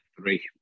Three